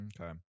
Okay